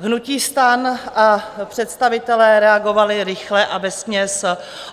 Hnutí STAN a představitelé reagovali rychle a vesměs